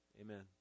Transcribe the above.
Amen